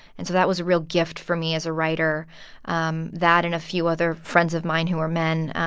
and so that was a real gift for me as a writer um that and a few other friends of mine who are men,